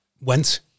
Went